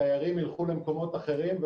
תיירים ילכו למקומות אחרים,